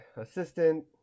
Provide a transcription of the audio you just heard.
assistant